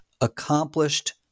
accomplished